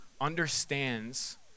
understands